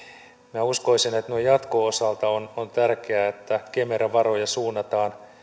minä uskoisin että noin jatkon osalta on on tärkeää että kemera varoja suunnataan